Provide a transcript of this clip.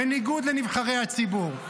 בניגוד לנבחרי הציבור.